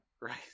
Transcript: Right